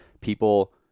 people